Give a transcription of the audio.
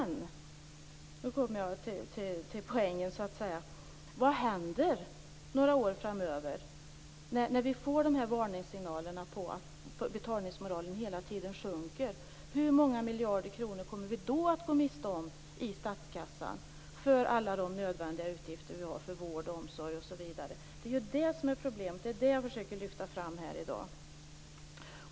Nu kommer jag till poängen: Vad händer några år framöver? Vi får varningssignalerna om att betalningsmoralen sjunker. Hur många miljarder kronor kommer vi då att gå miste om i statskassan för alla de nödvändiga utgifterna för vård, omsorg osv.? Det är det som är problemet.